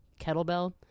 kettlebell